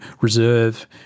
reserve